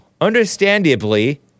Understandably